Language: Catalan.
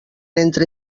entre